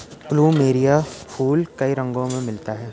plumeria फूल कई रंगो में मिलता है